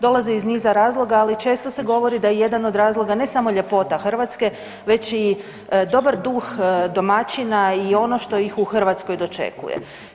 Dolaze iz niza razloga ali često se govori da je jedan od razloga ne samo ljepota Hrvatske već i dobar duh domaćina i ono što ih u Hrvatskoj dočekuje.